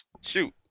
shoot